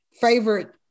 favorite